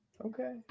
Okay